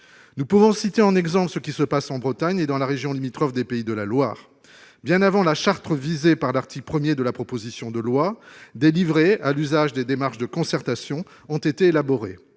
Nous pouvons citer en exemple ce qui se passe en Bretagne et dans la région limitrophe des Pays de la Loire. Bien avant la charte visée par l'article 1 de la proposition de loi, des livrets à l'usage des démarches de concertation ont été élaborés.